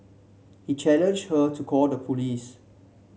he challenged her to call the police